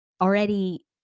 already